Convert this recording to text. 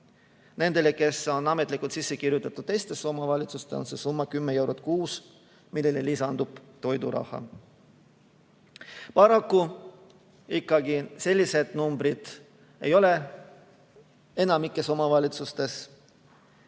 Nendele, kes on ametlikult sisse kirjutatud teise omavalitsusse, on see summa kümme eurot kuus, millele lisandub toiduraha. Paraku ei ole selliseid numbreid enamikus omavalitsustes.